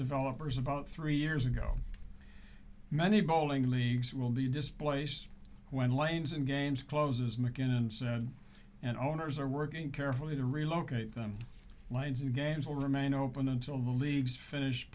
developers about three years ago many bowling leagues will be displaced when lanes and games closes mckinnon's and owners are working carefully to relocate them the games will remain open until the league's finished